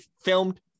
filmed